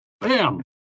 Bam